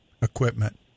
equipment